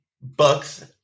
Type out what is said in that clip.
books